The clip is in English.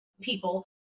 people